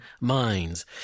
minds